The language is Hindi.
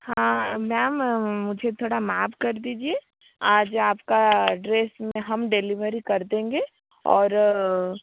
हाँ मैम मुझे थोड़ा माफ़ कर दीजिए आज आपका ड्रेस में हम डेलिवरी कर देंगे और